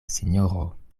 sinjoro